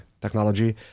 technology